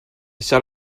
said